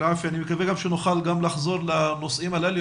אני מקווה גם שנוכל לחזור לנושאים הללו